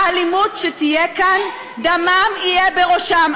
האלימות שתהיה כאן, דמם יהיה בראשם.